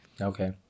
okay